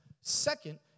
Second